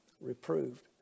reproved